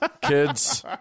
kids